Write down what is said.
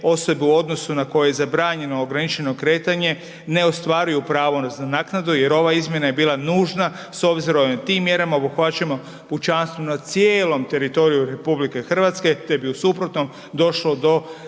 osobe u odnosu na koje je zabranjeno ograničeno kretanje ne ostvaruju pravo na naknadu jer ova izmjena je bila nužna s obzirom da tim mjerama obuhvaćamo pučanstvo na cijelom teritoriju RH, te bi u suprotnom došlo do